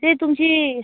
ती तुमची